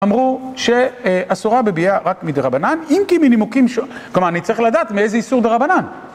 אמרו שאסורה בביאה רק מדרבנן, אם כי מנימוקים שונים, כלומר אני צריך לדעת מאיזה איסור דרבנן.